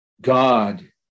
God